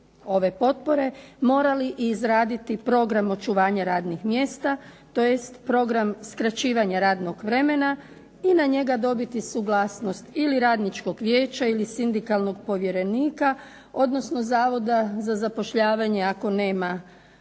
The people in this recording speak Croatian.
ove potpore morali izraditi program očuvanja radnih mjesta tj. program skraćivanja radnog vremena i na njega dobiti suglasnost ili radničkog vijeća ili sindikalnog povjerenika, odnosno Zavoda za zapošljavanje ako nema ovih